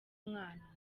umwana